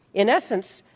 in essence,